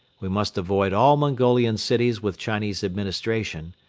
we must avoid all mongolian cities with chinese administration,